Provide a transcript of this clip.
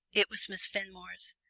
it was miss fenmore's.